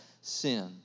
sin